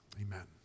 amen